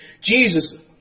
Jesus